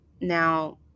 now